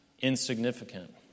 insignificant